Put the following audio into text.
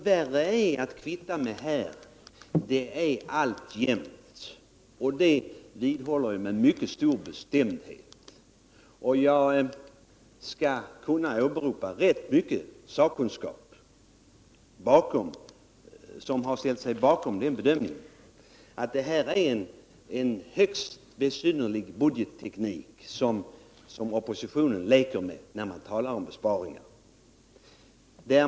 Värre är — det vidhåller jag med mycket stor bestämdhet, och därvid kan jag åberopa rätt mycken sakkunskap som ställt sig bakom den bedömningen — den högst besynnerliga budgetteknik som oppositionen leker med när den talar om besparingar.